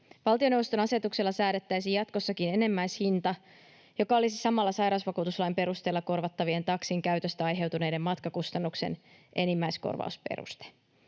Valtioneuvoston asetuksella säädettäisiin jatkossakin enimmäishinta, joka olisi samalla sairausvakuutuslain perusteella korvattavien taksin käytöstä aiheutuneiden matkakustannusten enimmäiskorvausperuste.